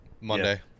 Monday